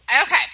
Okay